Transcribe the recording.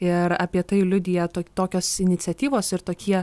ir apie tai liudija to tokios iniciatyvos ir tokie